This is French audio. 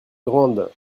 grande